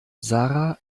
sarah